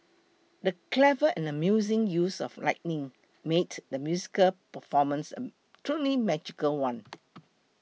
the clever and amazing use of lighting made the musical performance a truly magical one